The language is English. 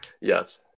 Yes